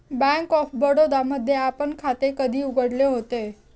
Bank of Baroda मध्ये आपण खाते कधी उघडले होते?